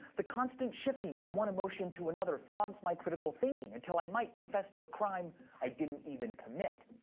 the constant shifting from one emotion to another fogs my critical thinking until i might confess to a crime i didn't even commit.